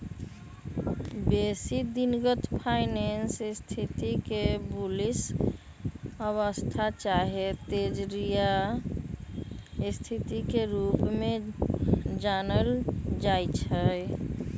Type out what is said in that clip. बेशी दिनगत फाइनेंस स्थिति के बुलिश अवस्था चाहे तेजड़िया स्थिति के रूप में जानल जाइ छइ